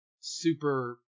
super